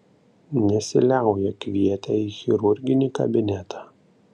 nesiliauja kvietę į chirurginį kabinetą